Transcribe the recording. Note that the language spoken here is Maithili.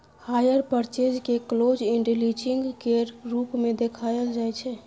हायर पर्चेज केँ क्लोज इण्ड लीजिंग केर रूप मे देखाएल जाइ छै